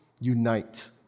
unite